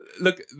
look